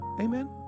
Amen